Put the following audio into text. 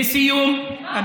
מה